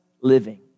living